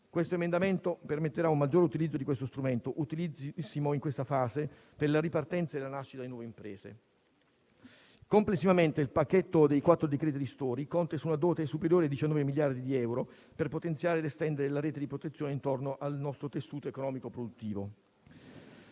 Detto emendamento permetterà un maggiore utilizzo di questo strumento, utilissimo nell'attuale fase per la ripartenza e la nascita di nuove imprese. Complessivamente il pacchetto dei quattro decreti ristori conta su una dote superiore ai 19 miliardi di euro per potenziare ed estendere la rete di protezione intorno al nostro tessuto economico-produttivo.